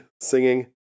singing